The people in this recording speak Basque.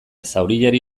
zauriari